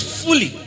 fully